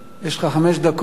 יש לך חמש דקות.